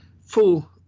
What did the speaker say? full